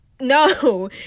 No